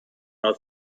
aus